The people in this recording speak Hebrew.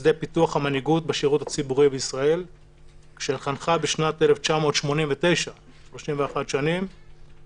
בשדה פיתוח המנהיגות בשירות הציבורי בישראל כשחנכה ב-1989 את תכנית